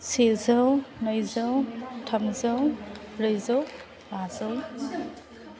सेजौ नैजौ थामजौ ब्रैजौ बाजौ